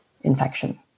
infection